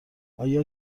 آیا